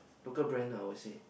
local brand ah I would say